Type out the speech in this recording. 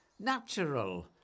Natural